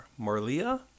Marlia